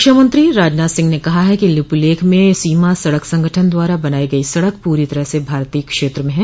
रक्षा मंत्री राजनाथ सिंह ने कहा है कि लिपुलेख में सीमा सड़क संगठन द्वारा बनाई गई सड़क पूरी तरह से भारतीय क्षेत्र में ह